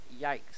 yikes